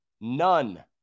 none